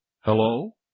Hello